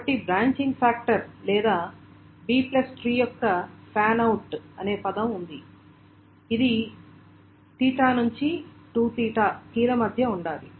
కాబట్టి branching factor లేదా B tree యొక్క ఫ్యాన్ అవుట్ అనే పదం ఉంది కనుక ఇది 𝚹 నుండి 2𝚹 కీల మధ్య ఉండాలి